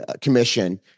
commission